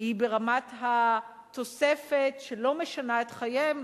היא ברמת התוספת שלא משנה את חייהם,